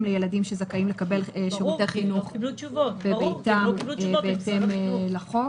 שמכיוון שמתקיים בבית הדין האזורי לעבודה